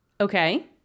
Okay